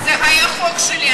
לא, אבל זה היה חוק שלי.